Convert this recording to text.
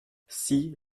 six